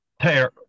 tear